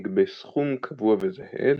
נגבה סכום קבוע וזהה,